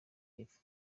y’epfo